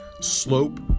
slope